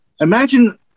Imagine